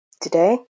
today